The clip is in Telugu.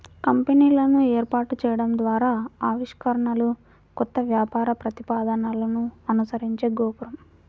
కంపెనీలను ఏర్పాటు చేయడం ద్వారా ఆవిష్కరణలు, కొత్త వ్యాపార ప్రతిపాదనలను అనుసరించే గోపురం